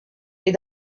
est